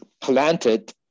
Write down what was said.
planted